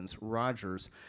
Rogers